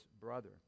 brother